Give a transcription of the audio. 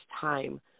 time